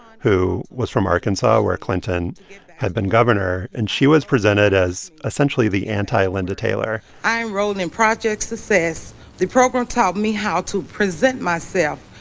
who was from arkansas, where clinton had been governor. and she was presented as essentially the anti-linda taylor i enrolled in project success. the program taught me how to present myself.